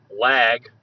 lag